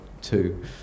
two